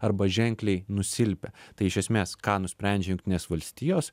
arba ženkliai nusilpę tai iš esmės ką nusprendžia jungtinės valstijos